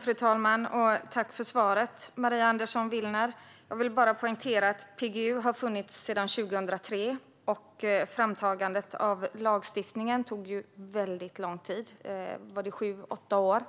Fru talman! Tack för svaret, Maria Andersson Willner! Jag vill bara poängtera att PGU har funnits sedan 2003, och framtagandet av lagstiftning tog väldigt lång tid. Var det sju åtta år?